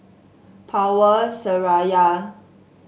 Power Seraya